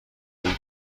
این